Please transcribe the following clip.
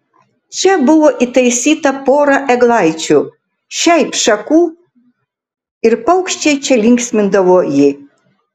čia buvo įtaisyta pora eglaičių šiaip šakų ir paukščiai čia linksmindavo jį